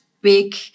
big